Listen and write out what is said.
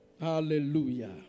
Hallelujah